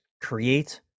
create